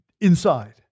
inside